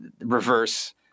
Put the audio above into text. reverse